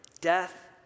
death